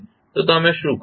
તો તમે શું કરશો